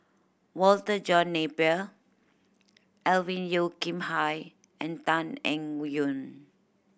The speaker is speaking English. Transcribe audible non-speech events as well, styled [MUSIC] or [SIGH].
Walter John Napier Alvin Yeo Khirn Hai and Tan Eng [UNINTELLIGIBLE] Yoon